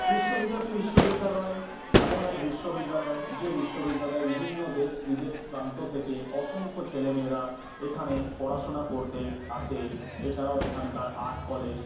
বিশ্বভারতী বিশ্ববিদ্যালয় এমন এক বিশ্ববিদ্যালয় যে বিশ্ববিদ্যালয়ে বিভিন্ন দেশবিদেশ প্রান্ত থেকে অসংখ্য ছেলেমেয়েরা এখানে পড়াশোনা করতে আসে এছাড়াও এখানকার আর্ট কলেজ